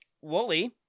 Wooly